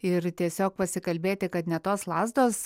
ir tiesiog pasikalbėti kad ne tos lazdos